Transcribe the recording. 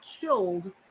killed